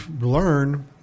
learn